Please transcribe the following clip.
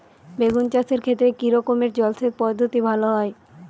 বেগুন চাষের ক্ষেত্রে কি রকমের জলসেচ পদ্ধতি ভালো হয়?